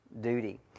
duty